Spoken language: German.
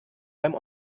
beim